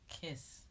kiss